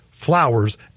flowers